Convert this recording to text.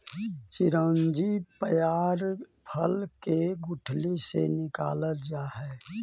चिरौंजी पयार फल के गुठली से निकालल जा हई